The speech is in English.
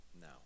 no